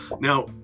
Now